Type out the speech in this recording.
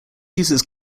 uses